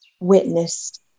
witnessed